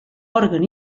òrgan